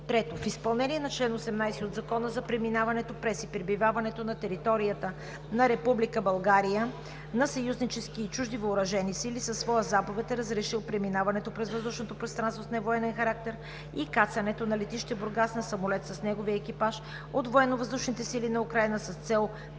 ІІІ. В изпълнение на чл. 18 от Закона за преминаването през и пребиваването на територията на Република България на съюзнически и чужди въоръжени сили, със своя заповед е разрешил преминаването през въздушното пространство с невоенен характер и кацането на летище Бургас на самолет с неговия екипаж от Военновъздушните сили на Украйна с цел превоз